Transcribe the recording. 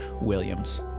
Williams